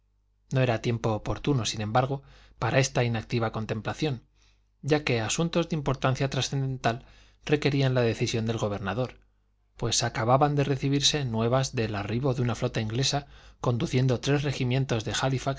no era tiempo oportuno sin embargo para esta inactiva contemplación ya que asuntos de importancia trascendental requerían la decisión del gobernador pues acababan de recibirse nuevas del arribo de una flota inglesa conduciendo tres regimientos de